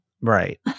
Right